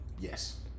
Yes